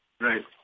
Right